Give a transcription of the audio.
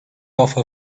offer